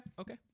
okay